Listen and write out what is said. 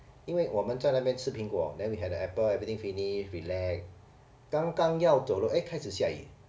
因为我们在那边吃苹果 then we had an apple everything finish relax 刚刚要走了 eh 开始下雨